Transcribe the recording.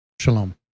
Shalom